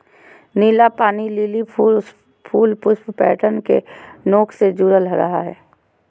नीला पानी लिली फूल पुष्प पैटर्न के नोक से जुडल रहा हइ